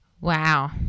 Wow